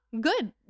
good